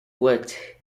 wit